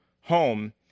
home